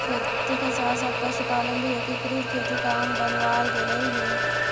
खेती के साथ साथ पशुपालन भी एकीकृत खेती का अंग बनवाल गेलइ हे